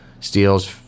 steals